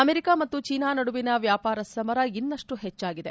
America ಮತ್ತು China ನಡುವಿನ ವ್ಯಾಪಾರ ಸಮರ ಇನ್ನಷ್ಟು ಹೆಚ್ಚಾಗಿದೆ